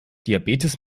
diabetes